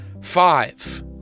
five